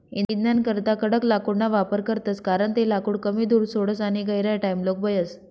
इंधनकरता कडक लाकूडना वापर करतस कारण ते लाकूड कमी धूर सोडस आणि गहिरा टाइमलोग बयस